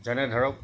যেনে ধৰক